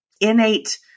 innate